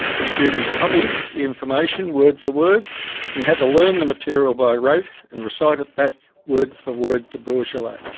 the students copied the information word for word and had to learn the material by rote and recite it back word for word to bourgelat.